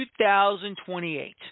2028